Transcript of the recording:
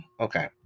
Okay